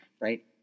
Right